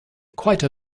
quite